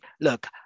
look